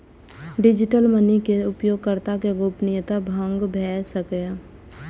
digital money सं उपयोगकर्ता के गोपनीयता भंग भए सकैए